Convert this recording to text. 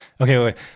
Okay